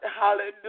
hallelujah